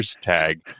tag